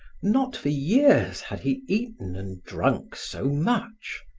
not for years had he eaten and drunk so much.